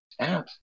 apps